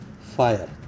fire